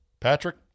Patrick